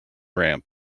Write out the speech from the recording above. ramp